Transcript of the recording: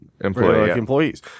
Employees